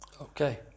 Okay